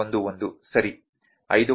11 ಸರಿ 5